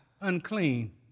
unclean